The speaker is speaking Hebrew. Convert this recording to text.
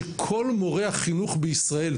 כשכל מורי החינוך בישראל,